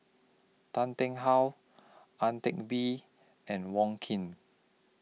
Tan Ting How Ang Teck Bee and Wong Keen